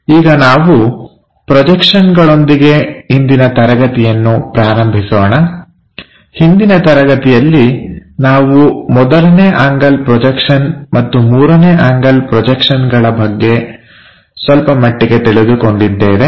ಈಗ ನಾವು ಪ್ರೊಜೆಕ್ಷನ್ಗಳೊಂದಿಗೆ ಇಂದಿನ ತರಗತಿಯನ್ನು ಪ್ರಾರಂಭಿಸೋಣ ಹಿಂದಿನ ತರಗತಿಗಳಲ್ಲಿ ನಾವು ಮೊದಲನೇ ಆಂಗಲ್ ಪ್ರೊಜೆಕ್ಷನ್ ಮತ್ತು ಮೂರನೇ ಆಂಗಲ್ ಪ್ರೊಜೆಕ್ಷನ್ಗಳ ಬಗ್ಗೆ ಸ್ವಲ್ಪ ಮಟ್ಟಿಗೆ ತಿಳಿದುಕೊಂಡಿದ್ದೇವೆ